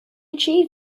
achieve